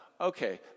Okay